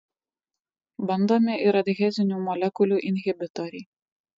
bandomi ir adhezinių molekulių inhibitoriai